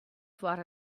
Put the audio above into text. foar